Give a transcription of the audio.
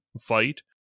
fight